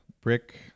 brick